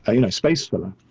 ah you know, space filler.